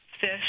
fish